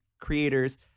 creators